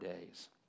days